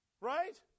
Right